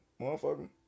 motherfucker